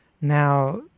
Now